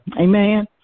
Amen